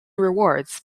rewards